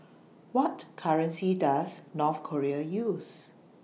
What currency Does North Korea use